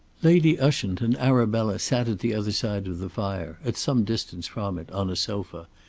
lady ushant and arabella sat at the other side of the fire, at some distance from it, on a sofa,